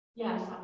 Yes